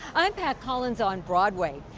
i'm pat collins on broadway.